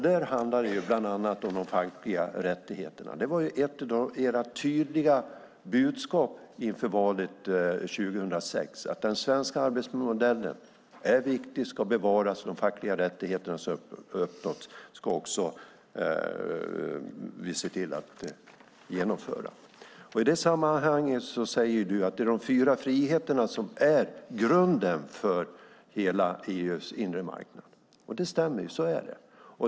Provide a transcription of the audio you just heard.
Där handlar det bland annat om de fackliga rättigheterna. Det var ju ett av era tydliga budskap inför valet 2006 att den svenska arbetsmodellen och de fackliga rättigheterna är viktiga och ska bevaras. I det sammanhanget säger du att det är de fyra friheterna som är grunden för hela EU:s inre marknad. Det stämmer - så är det.